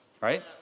right